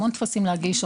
המון טפסים להגיש,